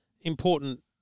important